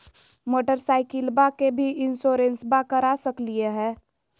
मोटरसाइकिलबा के भी इंसोरेंसबा करा सकलीय है?